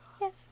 yes